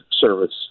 service